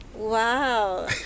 wow